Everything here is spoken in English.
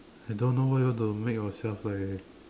I don't know why you want to make yourself like